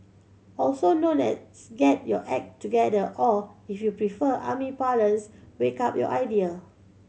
also known as get your act together or if you prefer army parlance wake up your idea